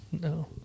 no